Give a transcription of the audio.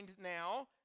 now